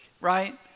right